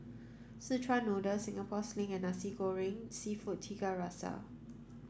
Szechuan noodle Singapore sling and Nasi Goreng Seafood Tiga Rasa